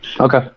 okay